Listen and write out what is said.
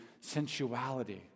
sensuality